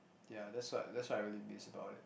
ya that's what that's what I really miss about it